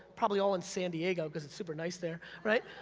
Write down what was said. probably all in san diego, cause it's super nice there, right?